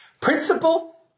Principle